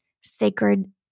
sacred